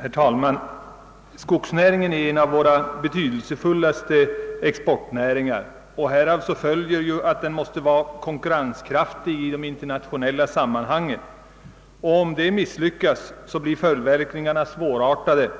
Herr talman! Skogsnäringen är en av våra betydelsefullaste exportnäringar. Härav följer att den måste vara konkurrenskraftig i internationella sammanhang. Annars blir följdverkningarna svårartade.